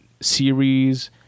series